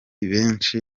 benshi